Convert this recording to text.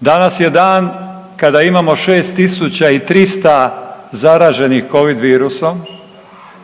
Danas je dan kada imamo 6300 zaraženih covid virusom,